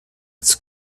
its